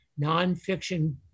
nonfiction